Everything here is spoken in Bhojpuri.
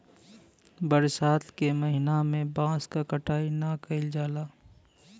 बरसात के महिना में बांस क कटाई ना कइल जाला